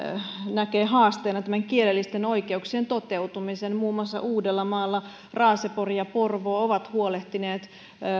näkee haasteena tämän kielellisten oikeuksien toteutumisen muun muassa uudellamaalla raasepori ja porvoo ovat huolehtineet